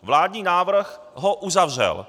Vládní návrh ho uzavřel.